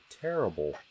terrible